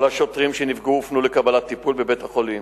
כל השוטרים שנפגעו הופנו לקבלת טיפול בבית-החולים.